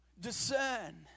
discern